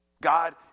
God